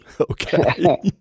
Okay